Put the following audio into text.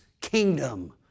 kingdom